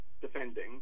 defending